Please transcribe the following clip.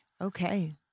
Okay